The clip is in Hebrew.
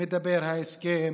מדבר ההסכם?